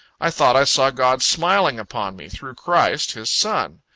i thought i saw god smiling upon me, through christ, his son.